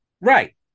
Right